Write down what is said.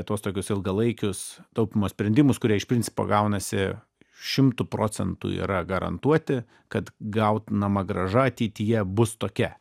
tuos tokius ilgalaikius taupymo sprendimus kurie iš principo gaunasi šimtu procentų yra garantuoti kad gautinama grąža ateityje bus tokia